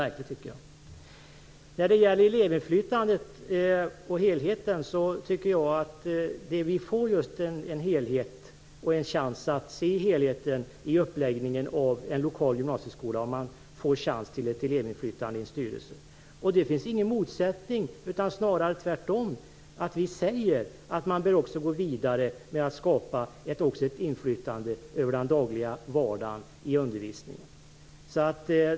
När det gäller elevinflytandet på helheten tycker jag att det är bra att vi får just en helhet, en chans att se helheten i uppläggningen av en lokal gymnasieskola och att man får chans till ett elevinflytande i en styrelse. Det finns ingen motsättning utan snarare tvärtom. Vi säger att man bör gå vidare med att skapa också ett inflytande över vardagen i undervisningen.